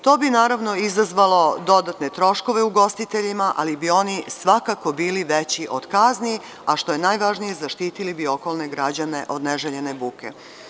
To bi naravno izazvalo dodatne troškove ugostiteljima, ali bi oni svakako bili veći od kazni, a što je najvažnije zaštitili bi okolne građane od neželjene buke.